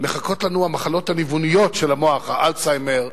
מחכות לנו המחלות הניווניות של המוח, אלצהיימר,